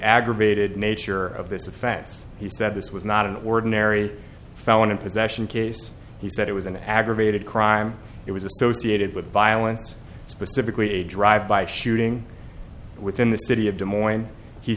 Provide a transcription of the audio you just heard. aggravated nature of this offense he said this was not an ordinary felon in possession case he said it was an aggravated crime it was associated with violence specifically a drive by shooting within the city of des moines he